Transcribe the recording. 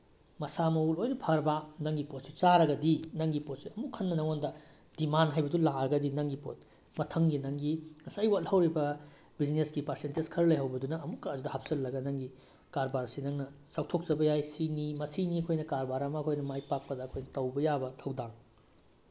ꯃꯁꯥ ꯃꯎ ꯂꯣꯏꯅ ꯐꯔꯕ ꯅꯪꯒꯤ ꯄꯣꯠꯁꯤ ꯆꯥꯔꯒꯗꯤ ꯅꯪꯒꯤ ꯄꯣꯠꯁꯤ ꯑꯃꯨꯛ ꯍꯟꯅ ꯅꯪꯉꯣꯟꯗ ꯗꯤꯃꯥꯟ ꯍꯥꯏꯕꯗꯨ ꯂꯥꯛꯑꯒꯗꯤ ꯅꯪꯒꯤ ꯄꯣꯠ ꯃꯊꯪꯒꯤ ꯅꯪꯒꯤ ꯉꯁꯥꯏ ꯋꯥꯠꯍꯧꯔꯤꯕ ꯕꯤꯖꯤꯅꯦꯁꯀꯤ ꯄꯥꯔꯁꯦꯟꯇꯦꯖ ꯈꯔ ꯂꯩꯍꯧꯕꯗꯨꯅ ꯑꯃꯨꯛꯀ ꯑꯗꯨꯗ ꯍꯥꯞꯆꯤꯜꯂꯒ ꯅꯪꯒꯤ ꯀꯔꯕꯥꯔꯁꯤ ꯅꯪꯅ ꯆꯥꯎꯊꯣꯛꯆꯕ ꯌꯥꯏ ꯁꯤꯅꯤ ꯃꯁꯤꯅꯤ ꯑꯩꯈꯣꯏꯅ ꯀꯔꯕꯥꯔ ꯑꯃ ꯑꯩꯈꯣꯏꯅ ꯃꯥꯏ ꯄꯥꯛꯄꯗ ꯑꯩꯈꯣꯏ ꯇꯧꯕ ꯌꯥꯕ ꯊꯧꯗꯥꯡ